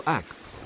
acts